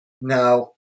Now